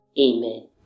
Amen